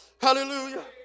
Hallelujah